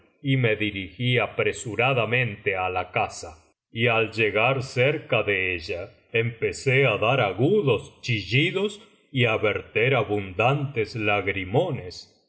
y me dirigí apresuradamente á la casa y al llegar cerca de ella empecé á dar agudos chillidos y á verter abundantes lagrimones y